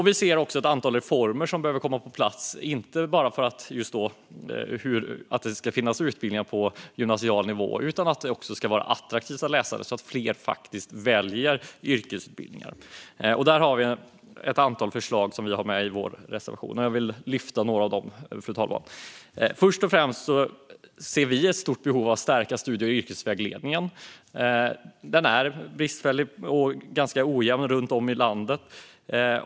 Vi ser också ett antal reformer som behöver komma på plats, inte bara för att det ska finnas utbildningar på gymnasial nivå utan också för att det ska vara attraktivt att läsa dem så att fler väljer yrkesutbildningar. Där har vi ett antal förslag i vår reservation, och jag vill lyfta fram några av dem, fru talman. Först och främst ser vi ett stort behov av att stärka studie och yrkesvägledningen. Den är bristfällig och ganska ojämn runt om i landet.